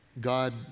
God